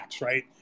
right